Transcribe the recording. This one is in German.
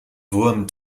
wurm